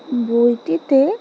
বইটিতে